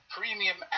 Premium